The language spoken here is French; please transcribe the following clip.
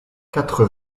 quatre